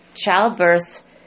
childbirth